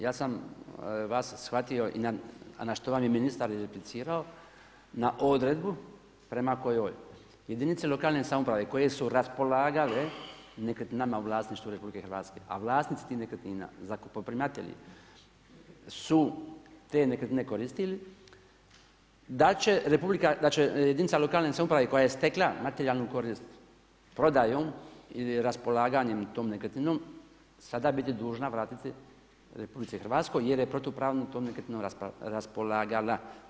Ja sam vas shvatio a na što vam je i ministar replicirao, na odredbu prema kojoj jedinice lokalne samouprave koje su raspolagale nekretninama u vlasništvu RH a vlasnik tih nekretnina, zakupoprimatelji su te nekretnine koristili da će jedinica lokalne samouprave koja je stekla materijalnu korist prodajem ili raspolaganjem tom nekretninom, sada biti dužna vratiti RH jer je protupravno tom nekretninom raspolagala.